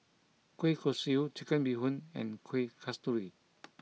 Kueh Kosui Chicken Bee Hoon and Kuih Kasturi